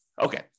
Okay